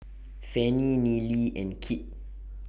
Fannie Nealy and Kit